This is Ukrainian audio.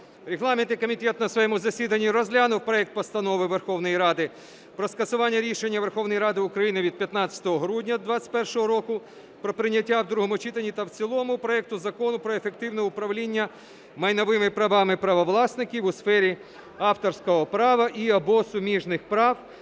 регламентний комітет на своєму засіданні розглянув проект Постанови Верховної Ради про скасування рішення Верховної Ради України від 15 грудня 2021 року про прийняття у другому читанні та в цілому проекту Закону "Про ефективне управління майновими правами правовласників у сфері авторського права і (або) суміжних прав"